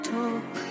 talk